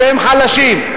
שהם חלשים.